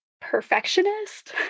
Perfectionist